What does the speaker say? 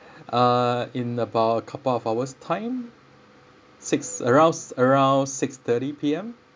uh in about couple of hours time six around around six thirty P_M